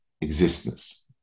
existence